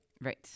Right